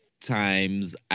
times